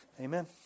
Amen